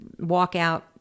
walkout